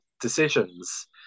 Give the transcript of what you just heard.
decisions